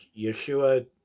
Yeshua